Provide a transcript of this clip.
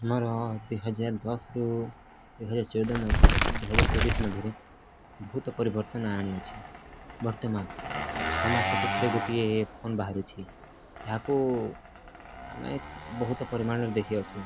ଆମର ଦୁଇହଜାର ଦଶରୁୁ ଦୁଇହଜାର ଚଉଦ ମଧ୍ୟରେ ଦୁଇହଜାର ଚବିଶ ମଧ୍ୟରେ ବହୁତ ପରିବର୍ତ୍ତନ ଆଣିଛି ବର୍ତ୍ତମାନ ଛଅ ମାସକୁ ଥରେ ଗୋଟିଏ ଫୋନ୍ ବାହାରୁଛି ଯାହାକୁ ଆମେ ବହୁତ ପରିମାଣରେ ଦେଖିବାକୁ ପାଉଛୁ